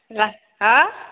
हा